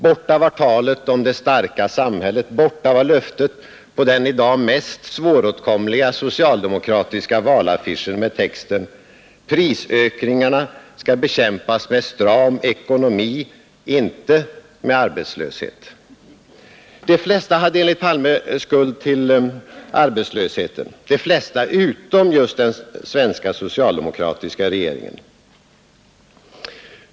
Borta var talet om det starka samhället, borta var löftet på den i dag mest svåråtkomliga socialdemokratiska valaffischen med texten ”Prisökningarna skall bekämpas med stram ekonomi. Inte med arbetslöshet.” De flesta hade enligt Palme skuld till arbetslösheten, de flesta utom just den svenska socialdemokratiska regeringen.